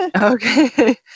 Okay